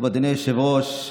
אדוני היושב-ראש,